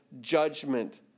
judgment